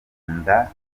nda